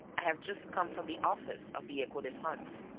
i have just come from the office of the echo de france.